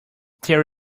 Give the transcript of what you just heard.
there